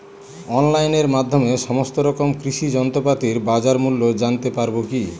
অনলাইনের মাধ্যমে সমস্ত রকম কৃষি যন্ত্রপাতির বাজার মূল্য জানতে পারবো কি?